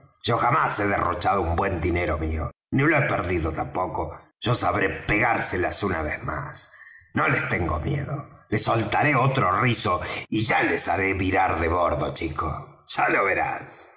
yo jamás he derrochado un buen dinero mío ni lo he perdido tampoco yo sabré pegárselas una vez más no les tengo miedo les soltaré otro rizo y ya los haré virar de bordo chico ya lo verás